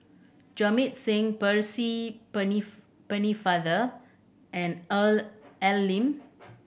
Jamit Singh Percy Pennefather and Al Lim